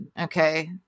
okay